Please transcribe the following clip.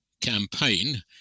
campaign